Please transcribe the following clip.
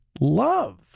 love